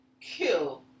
kill